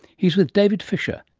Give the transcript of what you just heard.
he's with david fisher,